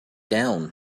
down